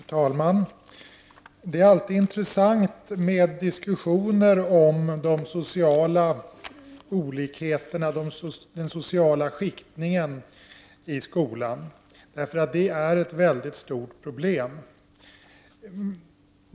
Fru talman! Det är alltid intressant med diskussioner om de sociala olikheterna, den sociala skiktningen i skolan, för det är ett mycket stort problem.